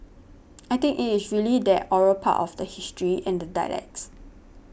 I think it is really that oral part of the history and the dialects